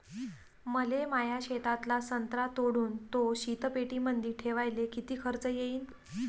मले माया शेतातला संत्रा तोडून तो शीतपेटीमंदी ठेवायले किती खर्च येईन?